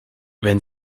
wenn